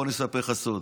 בוא אספר לך סוד,